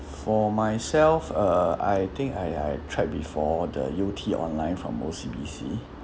for myself uh I think I I've tried before the U_T online from O_C_B_C